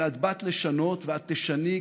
אלא את באת לשנות ואת תשני,